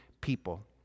people